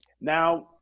Now